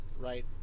right